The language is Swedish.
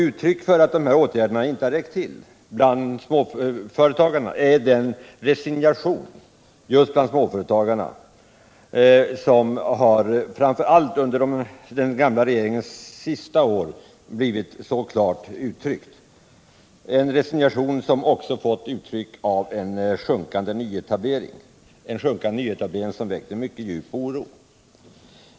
Uttryck för att dessa åtgärder inte räckt till är den resignation just bland småföretagarna som framför allt under den gamla regeringens sista år har kommit till klart uttryck. Resignationen har också fått uttryck i en sjunkande nyetablering som väckt mycket djup oro.